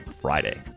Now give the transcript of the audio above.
Friday